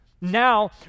Now